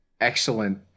excellent